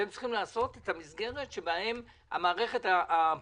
אתם צריכים לבצע את המסגרת שהמערכת הפוליטית